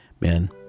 Man